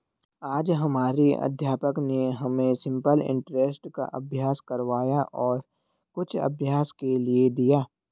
आज हमारे अध्यापक ने हमें सिंपल इंटरेस्ट का अभ्यास करवाया और कुछ अभ्यास के लिए दिया